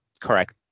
Correct